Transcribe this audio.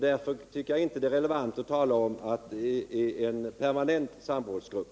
Därför tycker jag inte att det är relevant att tala om en permanent samrådsgrupp.